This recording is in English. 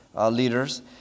leaders